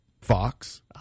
Fox